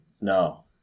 No